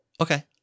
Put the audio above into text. Okay